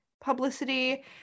publicity